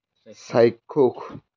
চাক্ষুষ